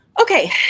Okay